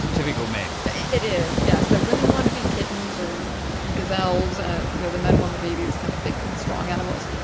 typical men. it is, yes, the women want to be kittens or gazelles, and you know the men want to be these kind of big strong animals.